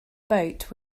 boat